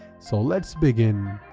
so let's begin.